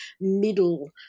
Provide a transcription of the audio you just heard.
middle